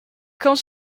cornes